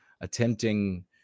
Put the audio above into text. attempting